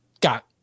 got